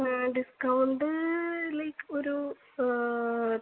discount like ഒരു